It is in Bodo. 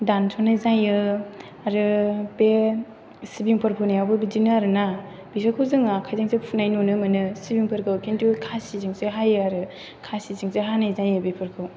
दानस'नाय जायो आरो बे सिबिंफोर फोनायावबो बिदिनो आरोना बेफोरखौ जों आखाइजोंसो फुनाय नुनो मोनो सिबिंफोरखौ किन्टु खासिजोंसो हायो आरो खासिजोंसो हानाय जायो बेफोरखौ